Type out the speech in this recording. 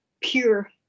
pure